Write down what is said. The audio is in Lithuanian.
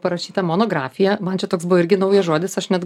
parašytą monografiją man čia toks buvo irgi naujas žodis aš net